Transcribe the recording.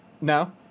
No